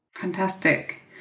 Fantastic